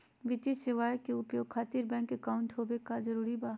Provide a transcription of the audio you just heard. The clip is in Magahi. वित्तीय सेवाएं के उपयोग खातिर बैंक अकाउंट होबे का जरूरी बा?